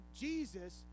Jesus